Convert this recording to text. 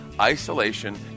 isolation